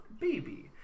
Baby